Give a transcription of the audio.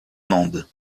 mende